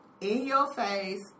in-your-face